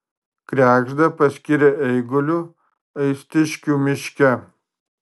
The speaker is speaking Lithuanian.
kregždę paskyrė eiguliu aistiškių miške